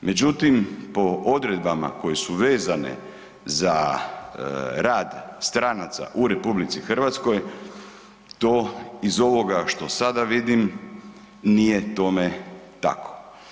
Međutim, po odredbama koje su vezane za rad stranaca u RH to iz ovoga što sada vidim nije tome tako.